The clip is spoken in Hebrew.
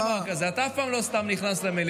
אין דבר כזה, אתה אף פעם לא סתם נכנס למליאה.